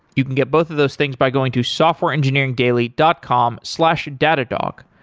you can get both of those things by going to softwareengineeringdaily dot com slash datadog.